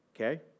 okay